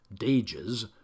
dages